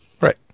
Right